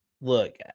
Look